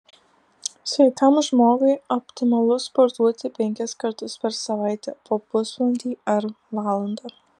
sveikam žmogui optimalu sportuoti penkis kartus per savaitę po pusvalandį ar valandą